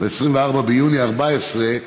24 ביוני 2014,